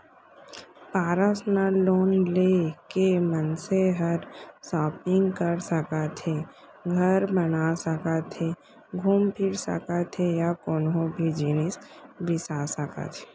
personal loan ले के मनसे हर सॉपिंग कर सकत हे, घर बना सकत हे घूम फिर सकत हे या कोनों भी जिनिस बिसा सकत हे